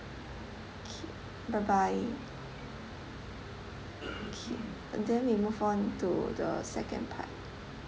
K bye bye okay then we move on to the second part